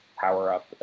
power-up